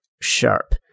Sharp